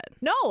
No